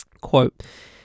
Quote